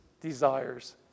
desires